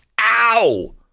ow